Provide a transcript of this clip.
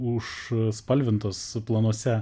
už užspalvintos planuose